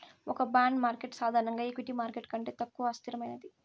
ఒక bond market సాధారణంగా equity market కంటే తక్కువ అస్థిరమైనది